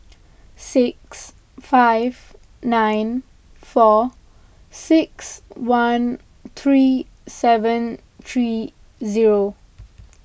six five nine four six one three seven three zero